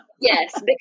Yes